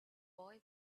boy